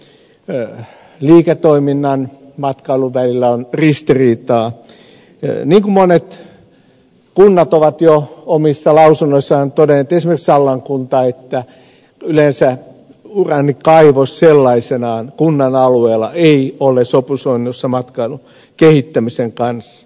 niin kuin monet kunnat esimerkiksi sallan kunta ovat jo omissa lausunnoissaan todenneet yleensä uraanikaivos sellaisenaan kunnan alueella ei ole sopusoinnussa matkailun kehittämisen kanssa